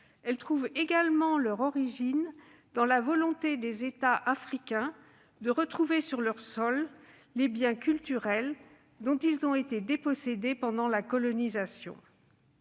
elles trouvent également leur origine dans la volonté des États africains de voir revenir sur leur sol les biens culturels dont ils ont été dépossédés pendant la colonisation.